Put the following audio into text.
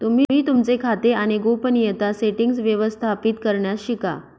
तुम्ही तुमचे खाते आणि गोपनीयता सेटीन्ग्स व्यवस्थापित करण्यास शिका